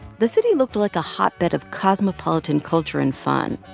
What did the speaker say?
the city looked like a hotbed of cosmopolitan culture and fun.